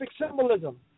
symbolism